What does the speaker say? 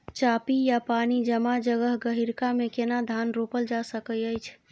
चापि या पानी जमा जगह, गहिरका मे केना धान रोपल जा सकै अछि?